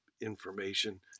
information